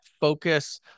focus